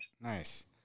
Nice